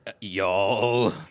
y'all